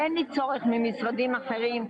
אין לי צורך לקבל ממשרדים אחרים,